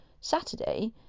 Saturday